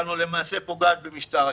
שלנו למעשה פוגעת במשטר הכנסת.